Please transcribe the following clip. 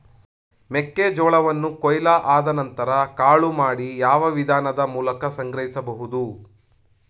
ಮೆಕ್ಕೆ ಜೋಳವನ್ನು ಕೊಯ್ಲು ಆದ ನಂತರ ಕಾಳು ಮಾಡಿ ಯಾವ ವಿಧಾನದ ಮೂಲಕ ಸಂಗ್ರಹಿಸಬಹುದು?